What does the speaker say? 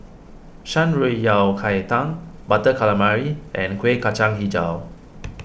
Shan Rui Yao Cai Tang Butter Calamari and Kueh Kacang HiJau